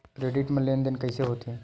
Credit मा लेन देन कइसे होथे?